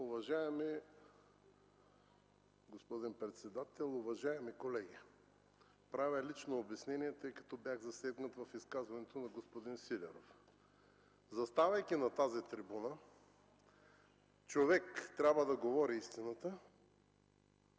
Господин председател, уважаеми колеги! Правя лично обяснение, тъй като бях засегнат в изказването на господин Сидеров. Заставайки на тази трибуна, човек трябва да говори истината,